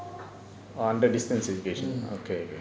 mm